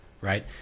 right